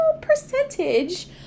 percentage